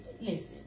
listen